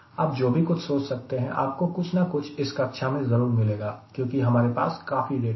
अब जो भी कुछ सोच सकते हैं आपको कुछ ना कुछ इस कक्षा में ज़रूर मिलेगा क्योंकि हमारे पास काफी डाटा है